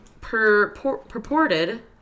purported